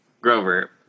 Grover